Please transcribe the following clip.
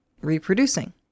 reproducing